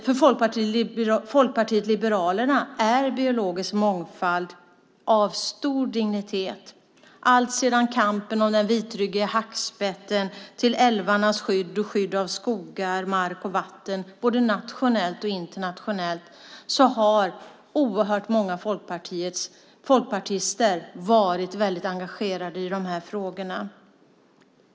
För Folkpartiet liberalerna är biologisk mångfald av stor dignitet. Det har gällt alltsedan kampen för den vitryggiga hackspetten och skyddet av älvarna till skydd av skogar, mark och vatten både nationellt och internationellt. Oerhört många folkpartister har varit engagerade i dessa frågor.